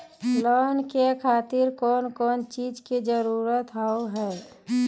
Loan के खातिर कौन कौन चीज के जरूरत हाव है?